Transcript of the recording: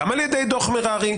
גם על ידי דוח מררי,